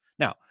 Now